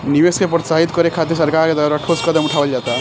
निवेश के प्रोत्साहित करे खातिर सरकार के द्वारा ठोस कदम उठावल जाता